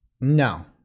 No